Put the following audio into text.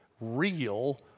real